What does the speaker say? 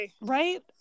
right